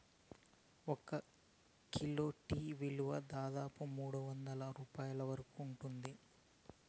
ఒక kilo tea విలువ దాదాపు మూడువందల రూపాయల వరకు ఉంటుంది